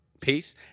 peace